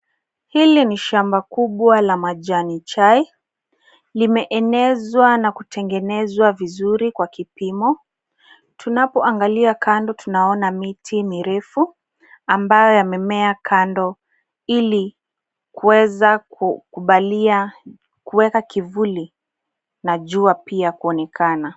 Hili ni shamba kubwa la majani chai. Limeenezwa na kutengenezwa vizuri kwa kipimo. Tunapoangalia kando tunaona miti mirefu ambayo yamemea kando ili kuweza kukubalia kuweka kivuli na jua pia kuonekana.